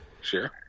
sure